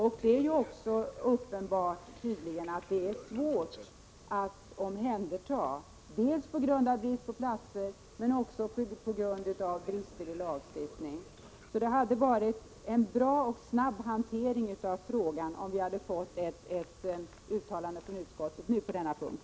Man har svårt att göra omhändertaganden dels på grund av bristen på platser, dels på grund av brister i lagstiftningen. Det hade inneburit en snabb hantering av frågan om utskottet nu hade gjort ett uttalande på denna punkt.